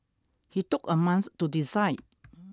he took a month to decide